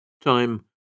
Time